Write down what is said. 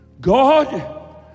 God